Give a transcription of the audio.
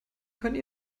können